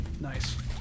Nice